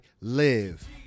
live